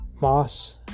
Moss